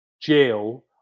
jail